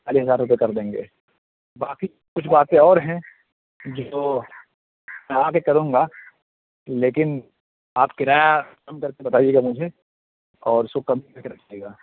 چالیس ہزار روپے کر دیں گے باقی کچھ باتیں اور ہیں جن کو میں آ کے کروں گا لیکن آپ کرایہ کم کر کے بتائیے گا مجھے اور اس کو کم کر کے رکھیے گا